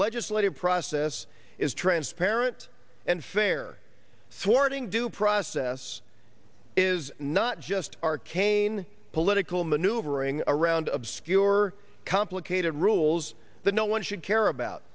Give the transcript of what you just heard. legislative process is transparent and fair thwarting due process is not just arcane political maneuvering around obscure complicated rules that no one should care about